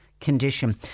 Condition